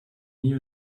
nie